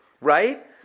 right